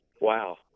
wow